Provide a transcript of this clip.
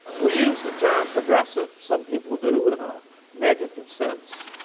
we use the term progressive some people do in a negative sense,